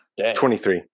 23